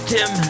Tim